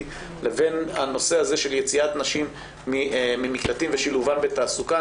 לבין הנושא של יציאת נשים ממקלטים ושילובן בתעסוקה.